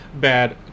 bad